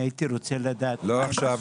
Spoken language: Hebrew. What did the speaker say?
אני הייתי רוצה לדעת --- לא עכשיו.